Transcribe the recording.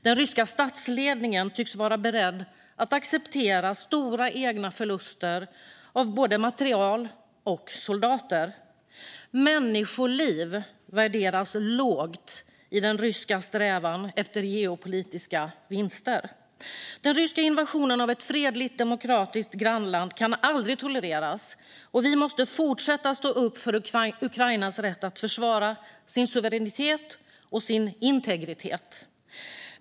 Den ryska statsledningen tycks vara beredd att acceptera stora egna förluster av både materiel och soldater. Människoliv värderas lågt i den ryska strävan efter geopolitiska vinster. Den ryska invasionen av ett fredligt, demokratiskt grannland kan aldrig tolereras, och vi måste fortsätta stå upp för Ukrainas rätt att försvara sin suveränitet och sin integritet.